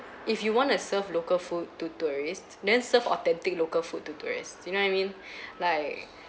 if you want to serve local food to tourist then serve authentic local food to tourists you know I mean like